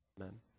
Amen